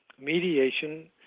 mediation